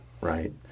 Right